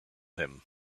him